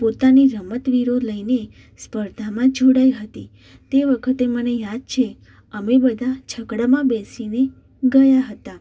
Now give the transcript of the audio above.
પોતાની રમતવીરો લઇને સ્પર્ધામાં જોડાઈ હતી તે વખતે મને યાદ છે અમે બધા છકડામાં બેસીને ગયા હતા